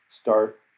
start